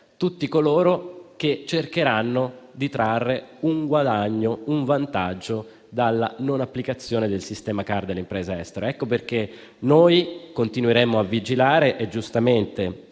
tutti coloro che cercheranno di trarre un guadagno e un vantaggio dalla non applicazione del sistema CARD alle imprese estere. Ecco perché noi continueremo a vigilare. Giustamente,